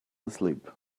asleep